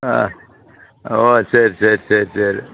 ஆ ஓ சரி சரி சரி சரி